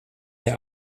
der